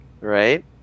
Right